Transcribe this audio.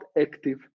active